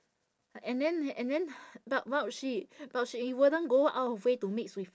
and then and then but but she but she wouldn't go out of way to mix with